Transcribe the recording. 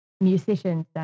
musicians